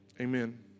amen